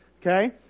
Okay